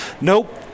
nope